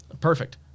perfect